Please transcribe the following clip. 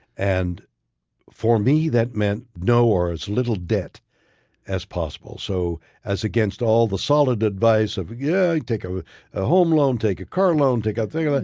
and for me, that meant no or as little debt as possible. so as against all the solid advice of yeah, take a ah home loan, take a car loan, take out a like